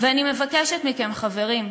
אני מבקשת מכם, חברים: